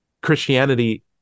Christianity